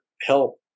help